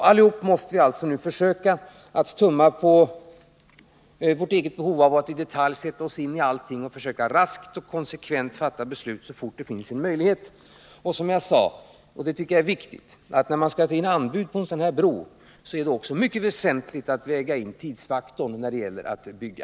Alla måste vi alltså nu försöka att tumma på våra egna behov, i detalj sätta oss ini allt och raskt och konsekvent fatta beslut så fort som vi har en möjlighet. När man tar in anbud på en sådan här bro är det också mycket väsentligt att väga in tidsfaktorn då det gäller att bygga.